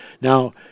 Now